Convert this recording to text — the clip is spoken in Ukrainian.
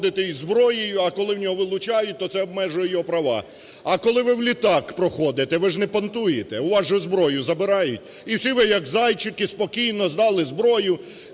ви у літак проходите, ви ж не понтуєте, у вас же зброю забирають? І всі ви як зайчики спокійно здали зброю.